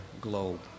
globe